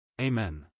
Amen